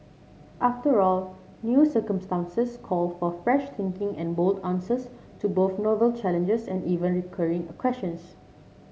after all new circumstances call for fresh thinking and bold answers to both novel challenges and even recurring questions